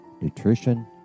nutrition